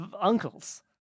uncles